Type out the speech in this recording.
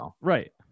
Right